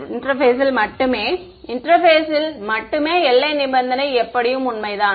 இன்டெர்பேஸில் மட்டுமே இன்டெர்பேஸில் மட்டுமே எல்லை நிபந்தனை எப்படியும் உண்மைதான்